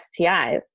STIs